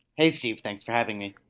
hey steve thanks for having me.